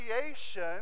creation